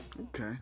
Okay